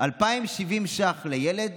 2070 ש"ח לילד